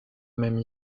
même